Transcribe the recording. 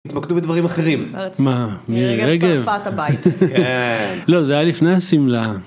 יתמקדו בדברים אחרים מה (מירי רגב) לא זה היה לפני השמלה.